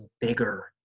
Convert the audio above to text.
bigger